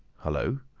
hullo!